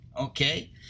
Okay